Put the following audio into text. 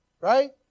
right